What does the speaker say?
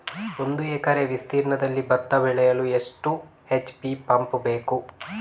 ಒಂದುಎಕರೆ ವಿಸ್ತೀರ್ಣದಲ್ಲಿ ಭತ್ತ ಬೆಳೆಯಲು ಎಷ್ಟು ಎಚ್.ಪಿ ಪಂಪ್ ಬೇಕು?